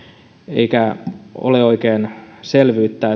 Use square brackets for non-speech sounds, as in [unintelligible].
eikä ole oikein selvyyttä [unintelligible]